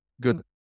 good